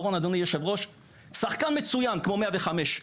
שחקן מצוין כמו 105,